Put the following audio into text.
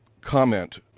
comment